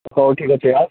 ହଉ ଠିକ୍ ଅଛି ଆଉ